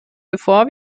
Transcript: bevor